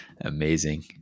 Amazing